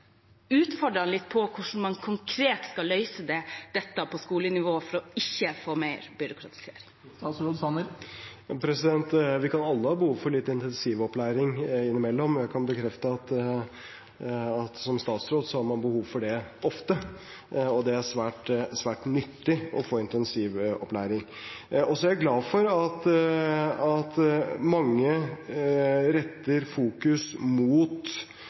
utfordre ham litt på hvordan man konkret skal løse dette på skolenivå for ikke å få mer byråkratisering. Vi kan alle ha behov for litt intensivopplæring innimellom, og jeg kan bekrefte at som statsråd har man ofte behov for det, og det er svært nyttig å få intensivopplæring. Jeg er glad for at mange retter fokus mot